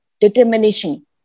determination